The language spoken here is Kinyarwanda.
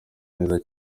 neza